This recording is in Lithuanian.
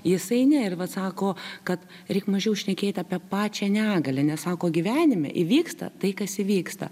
jisai ne ir vat sako kad reik mažiau šnekėt apie pačią negalią nes sako gyvenime įvyksta tai kas įvyksta